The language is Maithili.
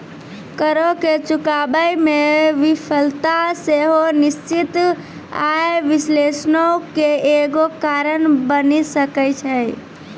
करो के चुकाबै मे विफलता सेहो निश्चित आय विश्लेषणो के एगो कारण बनि सकै छै